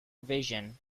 vision